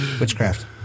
Witchcraft